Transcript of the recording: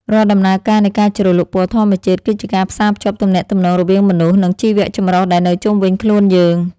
រាល់ដំណើរការនៃការជ្រលក់ពណ៌ធម្មជាតិ គឺជាការផ្សារភ្ជាប់ទំនាក់ទំនងរវាងមនុស្ស និង ជីវចម្រុះដែលនៅជុំវិញខ្លួនយើង។